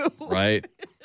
Right